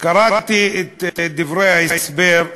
קראתי את דברי ההסבר,